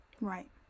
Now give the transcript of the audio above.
right